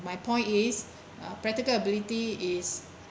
my point is uh practical ability is